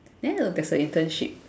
then you know there's a internship